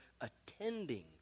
attending